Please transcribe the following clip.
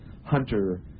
hunter